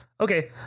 okay